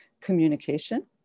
communication